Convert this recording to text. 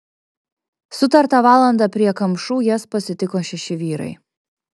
sutartą valandą prie kamšų jas pasitiko šeši vyrai